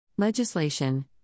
Legislation